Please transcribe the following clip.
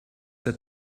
that